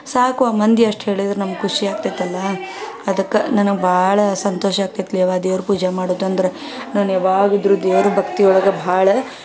ಸಾಕು ಆ ಮಂದಿ ಅಷ್ಟು ಹೇಳಿದ್ರೂ ನಮ್ಗೆ ಖುಷಿ ಆಗ್ತೈತಲ್ಲ ಅದಕ್ಕೆ ನನಗೆ ಭಾಳ ಸಂತೋಷ ಆಗ್ತೈತ್ಲೆ ಅವ್ವ ದೇವ್ರ ಪೂಜೆ ಮಾಡುವುದಂದ್ರೆ ನಾನು ಯಾವಾಗ ಇದ್ದರೂ ದೇವ್ರು ಭಕ್ತಿ ಒಳಗೆ ಭಾಳ